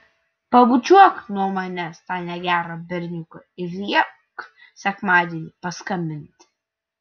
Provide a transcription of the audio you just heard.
pabučiuok nuo manęs tą negerą berniuką ir liepk sekmadienį paskambinti